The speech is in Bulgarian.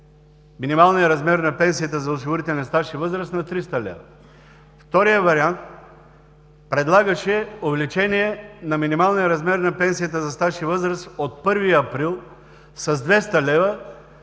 минималния размер на пенсията за осигурителен стаж и възраст на 300 лв. Вторият вариант предлагаше увеличение на минималния размер на пенсията за стаж и възраст от 1 април с 200 лв.